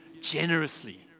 generously